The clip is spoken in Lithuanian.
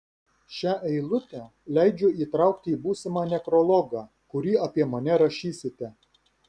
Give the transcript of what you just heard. šią eilutę leidžiu įtraukti į būsimą nekrologą kurį apie mane rašysite